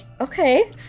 okay